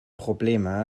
probleme